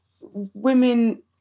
women